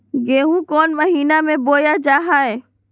गेहूँ कौन महीना में बोया जा हाय?